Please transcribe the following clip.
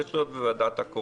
זה צריך להיות בוועדת הקורונה.